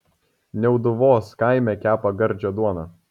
niauduvos kaime kepa gardžią duoną